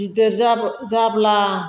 गिदिर जाब्ला